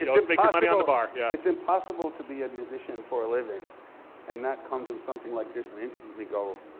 always make your money on the bar. yeah it's impossible to be a musician for a living and not come to something like this and instantly go,